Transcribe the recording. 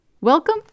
Welcome